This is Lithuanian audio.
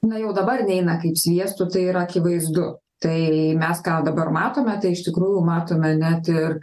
na jau dabar neina kaip sviestu tai yra akivaizdu tai mes ką dabar matome tai iš tikrųjų matome net ir